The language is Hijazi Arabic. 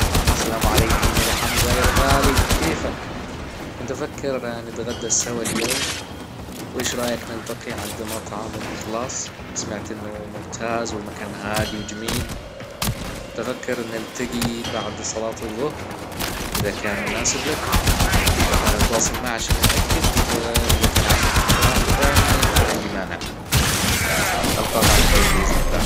السلام عليكم يا ابا حمزة يا الغالي كيفك؟ كنت افكر نتغدى سوا اليوم وايش رأيك نلتقي عند مطعم الاخلاص؟ سمعت انه ممتاز والمكان هادي وجميل وكنت افكر نلتجي بعد صلاة الظهر اذا كان مناسب لك اتواصل معى نتأكد و اذا كان عندك اقتراح ثاني ما عندي مانع القاك على خير باذن الله.